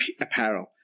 apparel